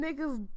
niggas